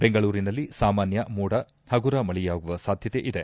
ಬೆಂಗಳೂರಿನಲ್ಲಿ ಸಾಮಾನ್ಯ ಮೋಡ ಹಗುರ ಮಳೆಯಾಗುವ ಸಾಧ್ಯತೆಯಿದೆ